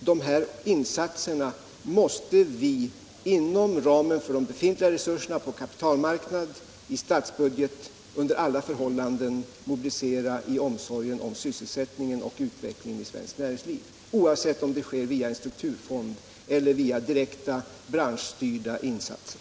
De här insatserna måste vi nämligen under alla förhållanden mobilisera i omsorgen om sysselsättningen och utvecklingen inom svenskt näringsliv, och våra åtgärder måste vidtas inom ramen för de befintliga resurserna på kapitalmarknad och i statsbudget.